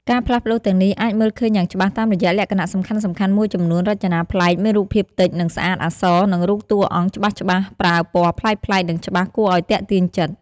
ការផ្លាស់ប្ដូរទាំងនេះអាចមើលឃើញយ៉ាងច្បាស់តាមរយៈលក្ខណៈសំខាន់ៗមួយចំនួន រចនាប្លែក មានរូបភាពតិច និងស្អាត អក្សរ និងរូបតួអង្គច្បាស់ៗ ប្រើពណ៌ប្លែកៗនឹងច្បាស់ គួរអោយទាក់ទាញចិត្ត ។